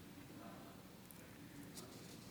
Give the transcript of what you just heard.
ישראל ולמלא באמונה את שליחותי